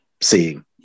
seeing